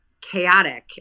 chaotic